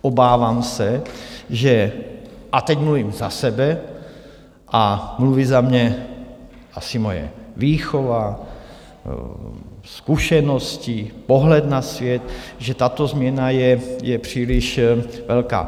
Obávám se, a teď mluvím za sebe a mluví za mě asi moje výchova, zkušenosti, pohled na svět, že tato změna je příliš velká.